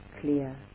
clear